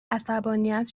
عصبانیت